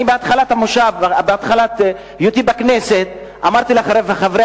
אני בתחילת היותי בכנסת אמרתי לחברי